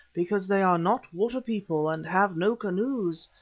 because they are not water people and have no canoes,